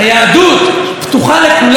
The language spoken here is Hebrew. היהדות פתוחה לכולם,